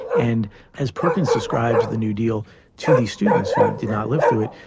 and as perkins describes the new deal to these students who did not live through it,